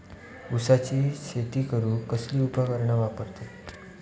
ऊसाची शेती करूक कसली उपकरणा वापरतत?